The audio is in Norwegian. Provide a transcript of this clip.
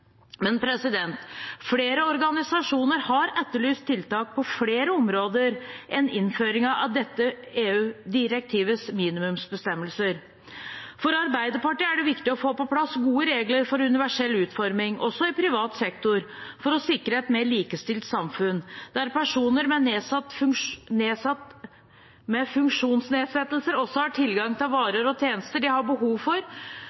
Men flere organisasjoner har etterlyst tiltak på flere områder enn innføringen av dette EU-direktivets minimumsbestemmelser. For Arbeiderpartiet er det viktig å få på plass gode regler for universell utforming også i privat sektor for å sikre et mer likestilt samfunn, der personer med funksjonsnedsettelser også har tilgang til varer og tjenester de har behov for,